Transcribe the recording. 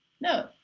No